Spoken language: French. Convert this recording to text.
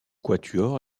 quatuor